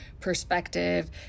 perspective